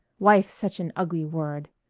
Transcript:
wife's such an ugly word.